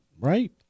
Right